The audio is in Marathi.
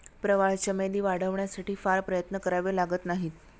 प्रवाळ चमेली वाढवण्यासाठी फार प्रयत्न करावे लागत नाहीत